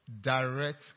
direct